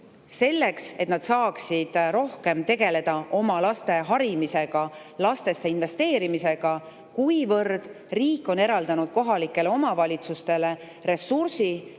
selleks et nad saaksid rohkem tegeleda oma laste harimisega, lastesse investeerimisega. Riik on eraldanud kohalikele omavalitsustele ressursi